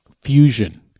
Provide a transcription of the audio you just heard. fusion